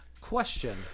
question